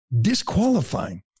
disqualifying